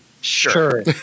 sure